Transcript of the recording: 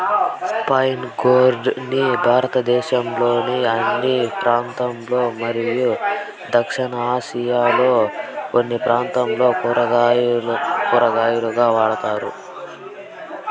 spiny gourd ని భారతదేశంలోని అన్ని ప్రాంతాలలో మరియు దక్షిణ ఆసియాలోని కొన్ని ప్రాంతాలలో కూరగాయగా వాడుతారు